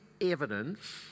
evidence